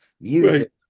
music